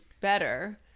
better